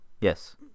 Yes